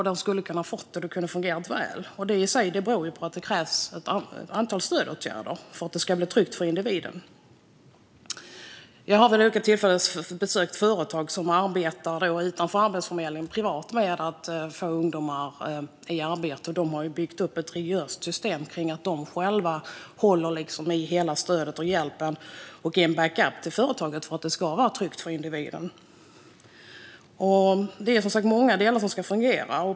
De skulle kunna ha fått det, och det kunde ha fungerat väl. Detta i sig beror på att det krävs ett antal stödåtgärder för att det ska bli tryggt för individen. Jag har vid olika tillfällen besökt företag som arbetar privat, utanför Arbetsförmedlingen, med att få ungdomar i arbete. De har byggt upp ett rigoröst system där de själva håller i hela stödet och hjälpen och är en backup till företaget för att det ska vara tryggt för individen. Det är som sagt många delar som ska fungera.